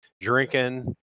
drinking